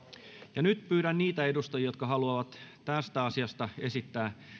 ja nyt pyydän niitä edustajia jotka haluavat tästä asiasta esittää